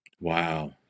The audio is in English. Wow